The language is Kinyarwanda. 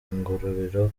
ngororero